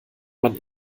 man